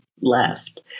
left